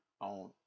on